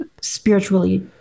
spiritually